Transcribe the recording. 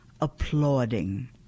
applauding